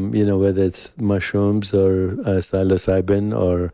um you know whether it's mushrooms, or psilocybin, or